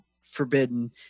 Forbidden